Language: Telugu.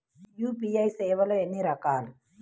యూ.పీ.ఐ సేవలు ఎన్నిరకాలు?